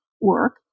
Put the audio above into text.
work